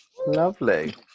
lovely